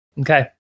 Okay